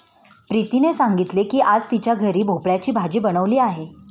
प्रीतीने सांगितले की आज तिच्या घरी भोपळ्याची भाजी बनवली आहे